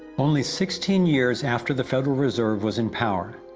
only sixteen years after the federal reserve was in power,